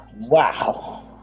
wow